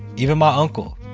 even my uncle.